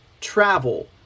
travel